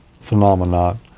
phenomenon